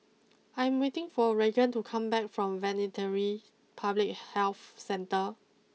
I'm waiting for Regan to come back from Veterinary Public Health Centre